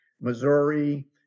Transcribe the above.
Missouri